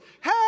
Hey